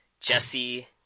Jesse